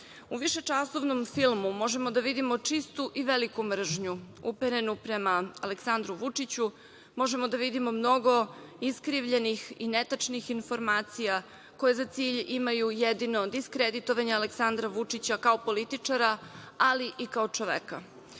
U višečasovnom filmu možemo da vidimo čistu i veliku mržnju uperenu prema Aleksandru Vučiću, možemo da vidimo mnogo iskrivljenih i netačnih informacija koje za cilj imaju jedino diskreditovanje Aleksandra Vučića kao političara, ali i kao čoveka.